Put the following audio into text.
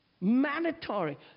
Mandatory